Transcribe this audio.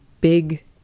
big